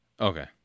Okay